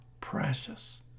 precious